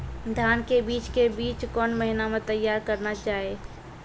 धान के बीज के बीच कौन महीना मैं तैयार करना जाए?